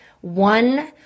one